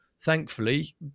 thankfully